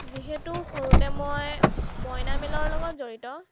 যিহেতু সৰুতে মই মইনামেলৰ লগত জড়িত